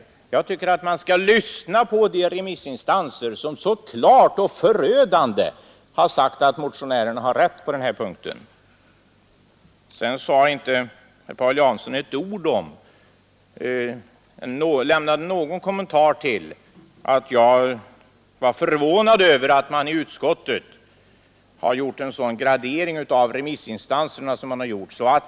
Jag tycker emellertid att man skall lyssna till de remissinstanser som så klart och förödande har sagt att motionärerna har rätt på den här punkten. Paul Jansson lämnade inte någon kommentar till att jag var förvånad över att man i utskottet har gjort en sådan gradering av remissinstanserna som man har gjort.